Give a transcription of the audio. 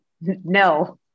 no